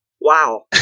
Wow